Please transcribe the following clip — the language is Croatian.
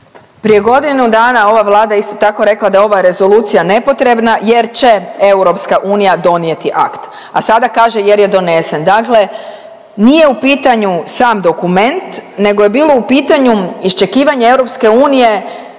Prije godinu dana ova Vlada je isto tako rekla da je ova rezolucija nepotrebna jer će Europska unija donijeti akt, a sada kaže jer je donesen. Dakle, nije u pitanju sam dokument nego je bilo u pitanju iščekivanje EU